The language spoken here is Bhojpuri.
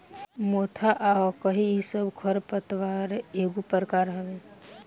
मोथा आ अकरी इ सब खर पतवार एगो प्रकार हवे